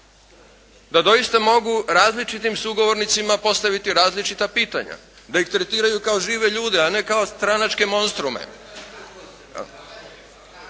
Da doista mogu različitim sugovornicima postaviti različita pitanja. Da ih tretiraju kao žive ljude, a ne kao stranačke monstrume.